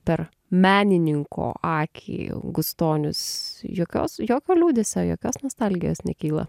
per menininko akį gustonius jokios jokio liūdesio jokios nostalgijos nekyla